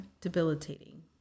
Debilitating